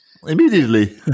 Immediately